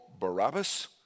Barabbas